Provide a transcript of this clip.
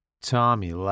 Tommy